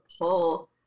pull